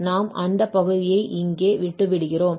நாம் அந்தப் பகுதியை இங்கே விட்டுவிடுகிறோம்